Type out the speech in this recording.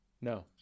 No